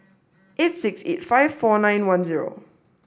eight six eight five four nine one zero